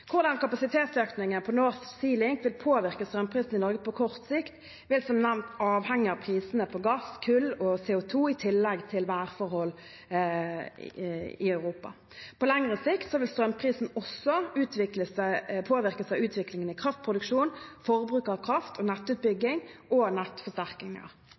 Hvordan kapasitetsøkningen på North Sea Link vil påvirke strømprisen i Norge på kort sikt, vil som nevnt avhenge av prisene på gass, kull og CO 2 , i tillegg til værforhold i Europa. På lengre sikt vil strømprisen også påvirkes av utviklingen i kraftproduksjon, forbruk av kraft og